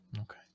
Okay